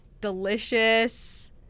delicious